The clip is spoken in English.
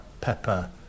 pepper